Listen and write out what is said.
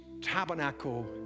Tabernacle